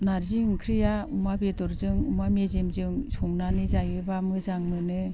नारजि ओंख्रिआ अमा बेदरजों अमा मेजेमजों संनानै जायोबा मोजां मोनो